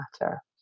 matter